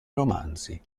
romanzi